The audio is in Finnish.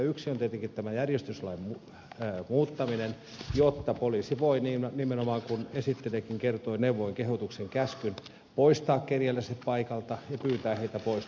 yksi on tietenkin tämä järjestyslain muuttaminen jotta poliisi voi nimenomaan kuten esittelijäkin kertoi neuvoin kehotuksin käskyin poistaa kerjäläiset paikalta ja pyytää heitä poistumaan paikalta